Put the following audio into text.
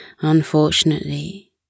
Unfortunately